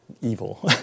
evil